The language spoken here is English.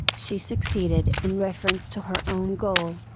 she succeeded in reference to her own goal.